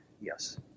Yes